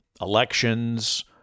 Elections